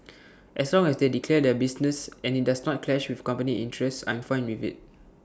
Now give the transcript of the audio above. as long as they declare their business and IT does not clash with company interests I'm fine with IT